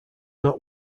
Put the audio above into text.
not